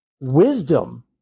wisdom